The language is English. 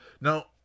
Now